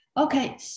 Okay